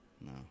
No